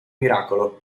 miracolo